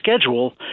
schedule